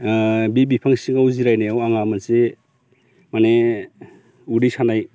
बि बिफां सिङाव जिरायनायाव आंहा मोनसे माने उदै सानाय